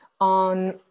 on